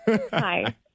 Hi